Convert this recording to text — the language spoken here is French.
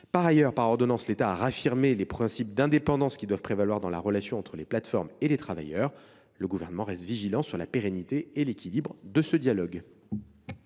a réaffirmé, par ordonnance, les principes d’indépendance qui doivent prévaloir dans la relation entre les plateformes et les travailleurs. Cependant, le Gouvernement reste vigilant sur la pérennité et l’équilibre de ce dialogue.